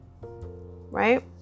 Right